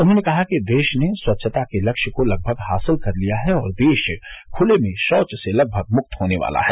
उन्होंने कहा कि देश ने स्वच्छता के लक्ष्य को लगभग हासिल कर लिया है और देश खुले में शौच से लगभग मुक्त होने वाला है